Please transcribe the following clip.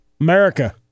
America